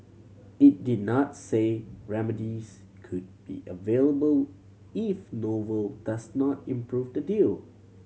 it did not say remedies could be available if novel does not improve the deal